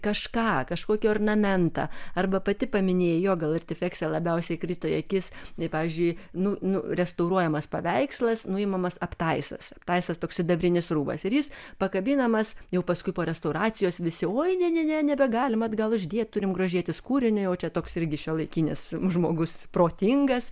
kažką kažkokį ornamentą arba pati paminėjai jo gal artifekse labiausiai krito į akis nei pavyzdžiui nu nu restauruojamas paveikslas nuimamas aptaisas aptaisas toks sidabrinis rūbas ir jis pakabinamas jau paskui po restauracijos visi oi ne ne nebegalim atgal uždėt turim grožėtis kūriniu jau čia toks irgi šiuolaikinis žmogus protingas